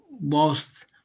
whilst